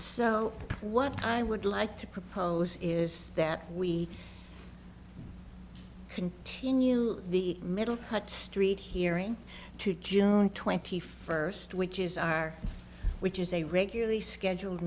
so what i would like to propose is that we continue the middle cut street hearing to june twenty first which is our which is a regularly scheduled